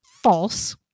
False